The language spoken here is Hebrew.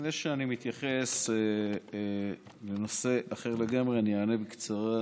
לפני שאני מתייחס לנושא אחר לגמרי, אני אענה בקצרה